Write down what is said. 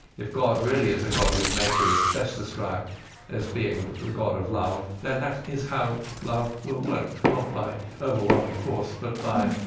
if god really is a god whose nature is best described as being the god of love, then that is how love will work. not by overwhelming force, but by,